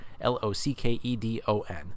L-O-C-K-E-D-O-N